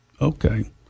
Okay